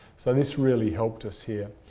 so this really helped us here.